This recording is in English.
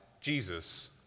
Jesus